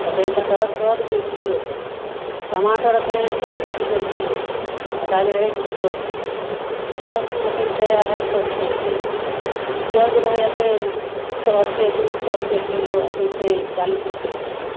एखन कटहर सए रूपैये किलो छै टमाटर अखन चालीस रूपैये किलो छै आओर ताबे रहै दू सए रूपैये किलो लहसून अखन छै अढ़ाइ सए रूपैये किलो पिआउज रहै अखन सए रूपैये दू सए रूपैये किलो अखन छै चालीस रूपैये किलो